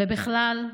ובכלל,